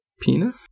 Pina